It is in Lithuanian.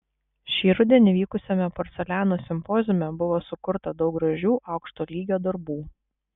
šį rudenį vykusiame porceliano simpoziume buvo sukurta daug gražių aukšto lygio darbų